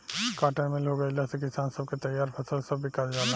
cotton mill हो गईला से किसान सब के तईयार फसल सब बिका जाला